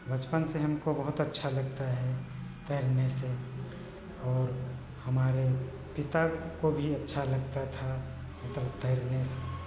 बचपन से हमको बहुत अच्छा लगता है तैरने से और हमारे पिता को भी अच्छा लगता था मतलब तैरने से